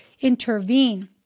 intervene